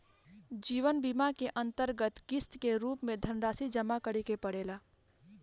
जीवन बीमा के अंतरगत किस्त के रूप में धनरासि जमा करे के पड़ेला